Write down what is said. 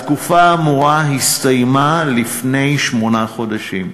התקופה האמורה הסתיימה לפני שמונה חודשים,